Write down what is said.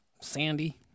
sandy